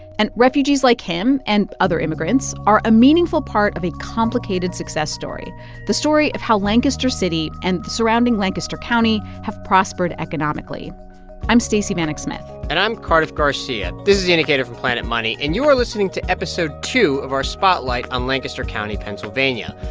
and refugees like him and other immigrants are a meaningful part of a complicated success story the story of how lancaster city and the surrounding lancaster county have prospered economically i'm stacey vanek smith and i'm cardiff garcia. this is the indicator from planet money, and you are listening to episode two of our spotlight on lancaster county, pa. so